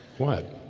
what